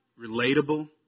relatable